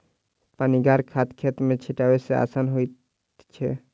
पनिगर खाद खेत मे छीटै मे आसान होइत छै